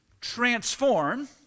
transform